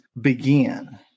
begin